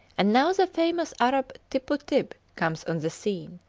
and now the famous arab tippu-tib comes on the scene,